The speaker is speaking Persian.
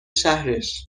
شهرش